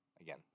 again